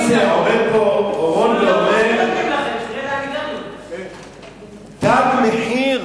מה זה, עומד פה אורון ואומר "תג מחיר",